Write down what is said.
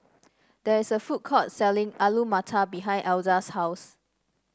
there is a food court selling Alu Matar behind Elza's house